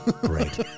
Great